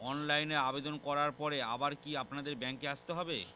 অনলাইনে আবেদন করার পরে আবার কি আপনাদের ব্যাঙ্কে আসতে হবে?